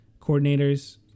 coordinators